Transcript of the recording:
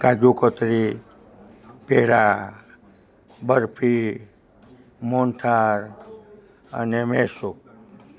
કાજુકત્રી પેંડા બરફી મોહનથાળ અને મૈસૂર